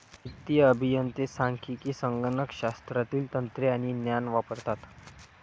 वित्तीय अभियंते सांख्यिकी, संगणक शास्त्रातील तंत्रे आणि ज्ञान वापरतात